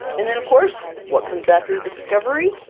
and then of course what comes after the discovery,